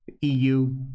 EU